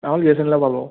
B S N এলে পাব